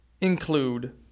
include